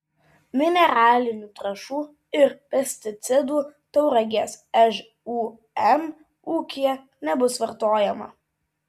mineralinių trąšų ir pesticidų tauragės žūm ūkyje nebus vartojama